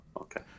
okay